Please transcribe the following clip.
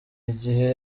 igihe